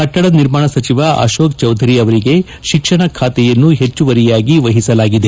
ಕಟ್ಟಡ ನಿರ್ಮಾಣ ಸಚಿವ ಅಶೋಕ್ ಚೌಧರಿ ಅವರಿಗೆ ಶಿಕ್ಷಣ ಬಾತೆಯನ್ನು ಹೆಚ್ಚುವರಿಯಾಗಿ ವಹಿಸಲಾಗಿದೆ